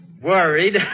worried